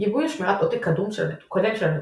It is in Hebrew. גיבוי הוא שמירת עותק קודם של הנתונים.